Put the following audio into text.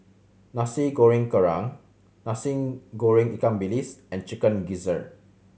Nasi Goreng Kerang Nasi Goreng ikan bilis and Chicken Gizzard